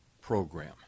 program